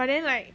but then like